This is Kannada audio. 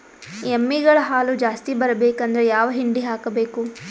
ಎಮ್ಮಿ ಗಳ ಹಾಲು ಜಾಸ್ತಿ ಬರಬೇಕಂದ್ರ ಯಾವ ಹಿಂಡಿ ಹಾಕಬೇಕು?